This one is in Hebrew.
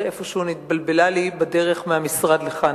איפשהו נתבלבלה לי בדרך מהמשרד לכאן.